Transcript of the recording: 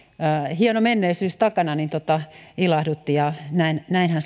hieno menneisyys takana ilahdutti näinhän